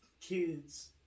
kids